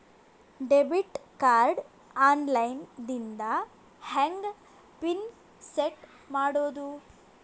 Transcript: Debit card online ದಿಂದ ಹೆಂಗ್ PIN set ಮಾಡೋದು?